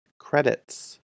credits